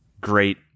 great